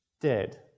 dead